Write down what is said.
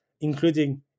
including